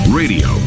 radio